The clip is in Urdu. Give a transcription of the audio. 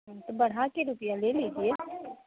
ہوں تو بڑھا کے روپیہ لے لیجیے